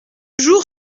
jour